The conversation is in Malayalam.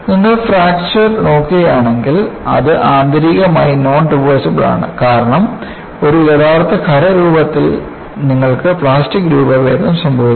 നിങ്ങൾ ഫ്രാക്ചർ നോക്കുകയാണെങ്കിൽ അത് ആന്തരികമായി നോൺ റിവേഴ്സ്സിബിൾ ആണ് കാരണം ഒരു യഥാർത്ഥ ഖരരൂപത്തിൽ നിങ്ങൾക്ക് പ്ലാസ്റ്റിക് രൂപഭേദം സംഭവിക്കും